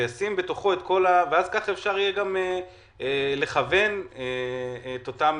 ככה אפשר יהיה לכוון את אותם